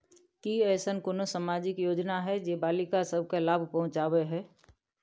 की ऐसन कोनो सामाजिक योजना हय जे बालिका सब के लाभ पहुँचाबय हय?